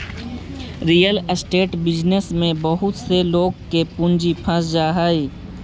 real estate business में बहुत से लोग के पूंजी फंस जा हई